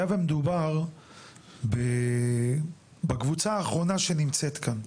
היה ומדובר בקבוצה האחרונה שנמצאת כאן,